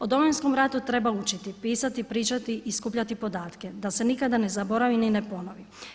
O Domovinskom ratu treba učiti, pisati, pričati i skupljati podatke da se nikada ne zaboravi ni ne ponovi.